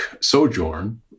sojourn